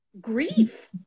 Grief